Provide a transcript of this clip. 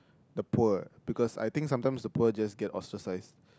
the poor because I think sometimes the poor just get ostracised